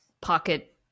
pocket